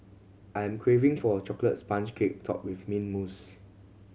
I'm craving for a chocolate sponge cake topped with mint mousse